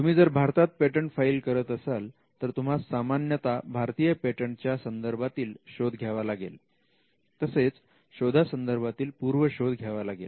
तुम्ही जर भारतात पेटंट फाईल करत असाल तर तुम्हास सामान्यतः भारतीय पेटंट च्या संदर्भातील शोध घ्यावा लागेल तसेच शोधा संदर्भातील पूर्व शोध घ्यावा लागेल